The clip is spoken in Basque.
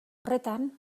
horretan